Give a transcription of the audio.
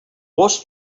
gos